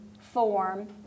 form